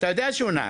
אתה יודע שהוא נהג,